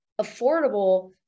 affordable